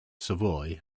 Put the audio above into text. savoy